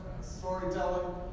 Storytelling